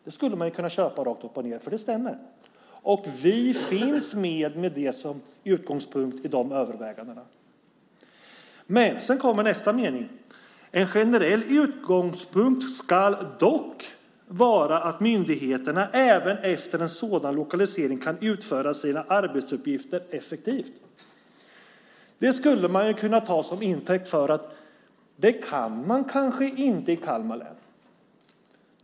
Det skulle man ju kunna köpa rakt uppochned, för det stämmer. Med det som utgångspunkt finns vi med i övervägandena. Sedan kommer dock nästa mening: "En generell utgångspunkt ska dock vara att myndigheterna även efter en sådan lokalisering kan utföra sina arbetsuppgifter effektivt." Det skulle man kunna ta som intäkt för att man kanske inte kan göra det i Kalmar län.